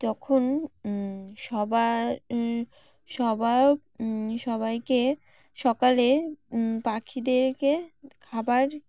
যখন সবার সবা সবাইকে সকালে পাখিদেরকে খাবার